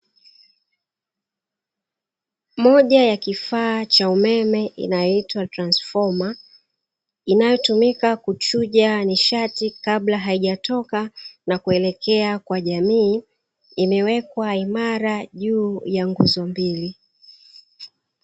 Moja ya kifaa cha umeme inayoitwa transfoma inayotumika kuchuja nishati kabla haijatoka na kuelekea kwa jamii. Imewekwa imara juu ya nguzo mbili.